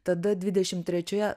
tada dvidešim trečioje